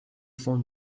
phone